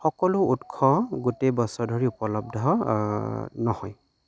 সকলো উৎস গোটেই বছৰ ধৰি উপলব্ধ নহয়